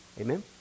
Amen